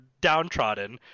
downtrodden